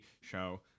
show